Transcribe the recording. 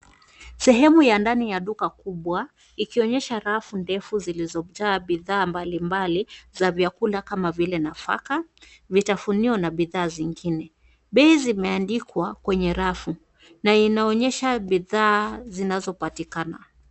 Sehemu ya ndani ya duka kubwa ikionyesha rafu ndefu zilizojaa bidhaa mbalimbali za vyakula kama nafaka, vitafunio na bidhaa zingine. Bei zimeandikwa kwenye rafu na inaonyesha bidhaa zinazopatikana.